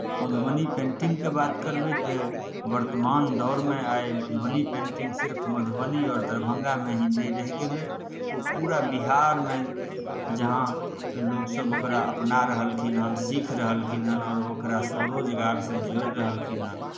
मधुबनी पेन्टिंगके बात करबै तऽ वर्तमान दौरमे आइ मधुबनी पेन्टिंग सिर्फ मधुबनी आओर दरभंगामे ही नहि रहि गेलै ओ पूरा बिहारमे जहाँ लोकसभ ओकरा अपना रहलखिन हन सीख रहलखिन हन आओर ओकरा स्वरोजगारसँ जोड़ि रहलखिन हन